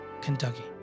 Kentucky